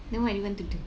then what you want to do